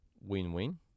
win-win